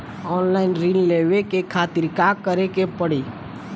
Online ऋण लेवे के खातिर का करे के पड़ी?